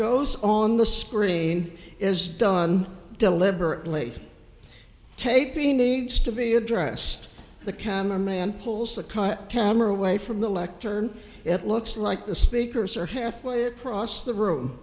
goes on the screen is done deliberately taping needs to be addressed the camera man pulls the car camera away from the lectern it looks like the speakers are halfway across the room